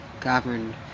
governed